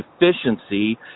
efficiency